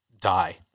die